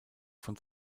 von